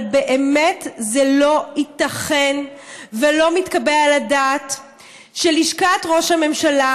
אבל באמת זה לא ייתכן ולא מתקבל על הדעת שלשכת ראש הממשלה,